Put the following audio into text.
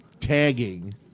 tagging